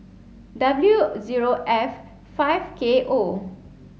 W zero F five K O